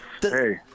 hey